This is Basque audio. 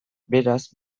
beraz